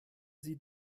sie